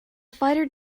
fighter